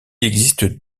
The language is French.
existe